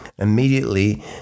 immediately